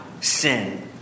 sin